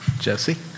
Jesse